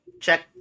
check